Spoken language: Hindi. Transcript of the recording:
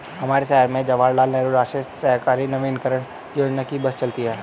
हमारे शहर में जवाहर लाल नेहरू राष्ट्रीय शहरी नवीकरण योजना की बस चलती है